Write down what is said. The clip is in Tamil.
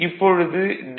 இப்பொழுது டி